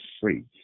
free